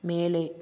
மேலே